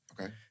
Okay